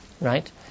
Right